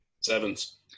Sevens